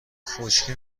خشکی